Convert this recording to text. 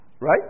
Right